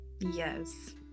Yes